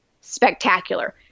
spectacular